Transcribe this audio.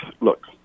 look